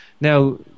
Now